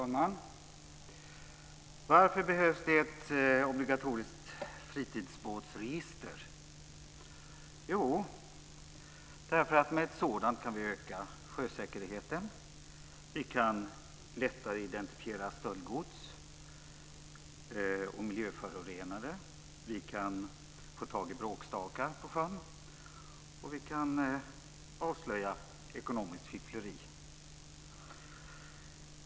Fru talman! Varför behövs det ett obligatoriskt fritidsbåtsregister? Jo, därför att vi med ett sådant kan öka sjösäkerheten, lättare identifiera stöldgods och miljöförorenare, lättare få tag i bråkstakar på sjön och avslöja ekonomiskt fiffleri.